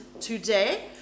today